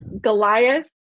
Goliath